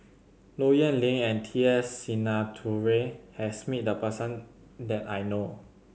Low Yen Ling and T S Sinnathuray has met the person that I know